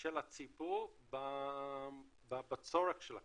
של הציבור בצורך של הקרן.